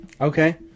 Okay